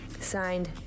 Signed